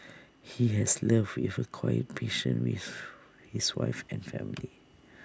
he has loved with A quiet passion riff his wife and family